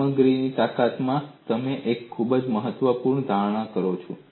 સામગ્રીની તાકાતમાં તમે એક ખૂબ જ મહત્વપૂર્ણ ધારણા કરો છો